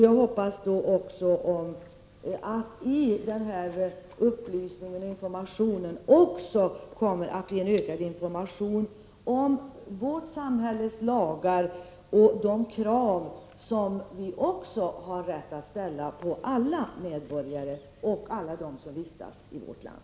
Jag hoppas att denna upplysning då också kommer att omfatta en ökad information om vårt samhälles lagar och om de krav som med rätta kan ställas på medborgarna och på alla andra som vistas i vårt land.